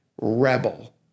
rebel